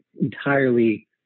entirely